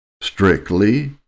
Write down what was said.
strictly